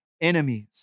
enemies